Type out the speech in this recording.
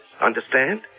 Understand